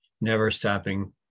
never-stopping